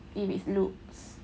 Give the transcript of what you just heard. if it's loops